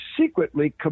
secretly